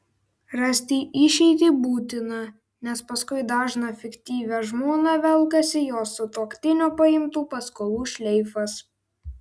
rasti išeitį būtina nes paskui dažną fiktyvią žmoną velkasi jos sutuoktinio paimtų paskolų šleifas